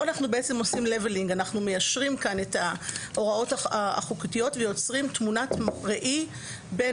פה אנחנו בעצם מיישרים כאן את ההוראות החוקתיות ויוצרים תמונת ראי בין